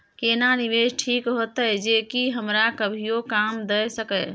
केना निवेश ठीक होते जे की हमरा कभियो काम दय सके?